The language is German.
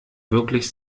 wirklich